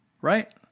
right